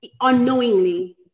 unknowingly